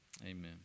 Amen